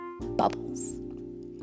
Bubbles